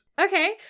Okay